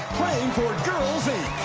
playing for girls